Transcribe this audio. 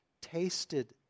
tasted